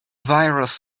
virus